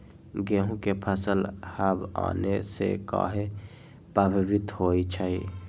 गेंहू के फसल हव आने से काहे पभवित होई छई?